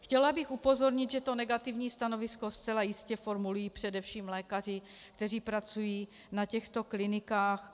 Chtěla bych upozornit, že negativní stanovisko zcela jistě formulují především lékaři, kteří pracují na těchto klinikách.